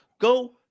Go